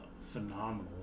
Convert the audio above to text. phenomenal